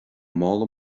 mála